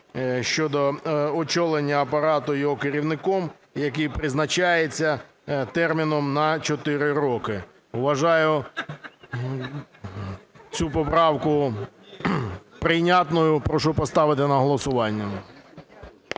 щодо очолення апарату його керівником, який призначається терміном на 4 роки. Вважаю цю поправку прийнятною. Прошу поставити на голосування.